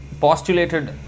postulated